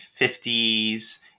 50s